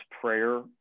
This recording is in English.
prayer